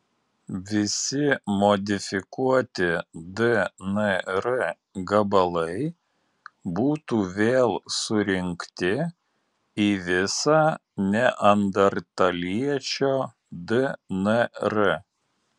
visi modifikuoti dnr gabalai būtų vėl surinkti į visą neandertaliečio dnr